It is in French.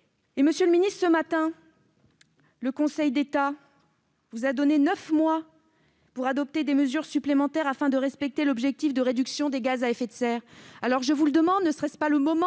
! Monsieur le ministre, ce matin, le Conseil d'État vous a donné neuf mois pour adopter des mesures supplémentaires permettant de respecter l'objectif de réduction des gaz à effet de serre. Je vous le demande, ne serait-ce pas le moment,